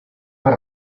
per